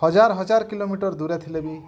ହଜାର ହଜାର କିଲୋମିଟର ଦୂରେ ଥିଲେବି